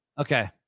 Okay